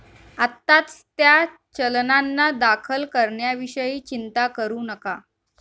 आत्ताच त्या चलनांना दाखल करण्याविषयी चिंता करू नका